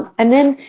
and then,